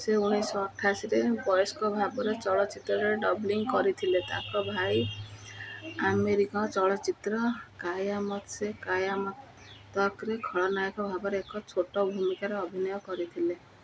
ସେ ଉଣେଇଶିଶହ ଅଠାଅଶୀରେ ବୟସ୍କ ଭାବରେ ଚଳଚ୍ଚିତ୍ରରେ ଡବିଙ୍ଗ କରିଥିଲେ ତାଙ୍କ ଭାଇ ଆମୀରଙ୍କ ଚଳଚ୍ଚିତ୍ର କୟାମତ ସେ କୟାମତ ତକରେ ଖଳନାୟକ ଭାବରେ ଏକ ଛୋଟ ଭୂମିକାରେ ଅଭିନୟ କରିଥିଲେ